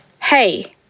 Hey